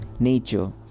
nature